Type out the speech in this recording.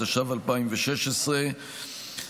התשע"ו 2016,